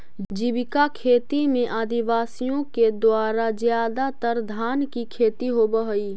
जीविका खेती में आदिवासियों के द्वारा ज्यादातर धान की खेती होव हई